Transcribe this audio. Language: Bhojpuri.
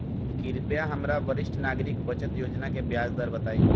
कृपया हमरा वरिष्ठ नागरिक बचत योजना के ब्याज दर बताइं